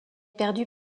perdue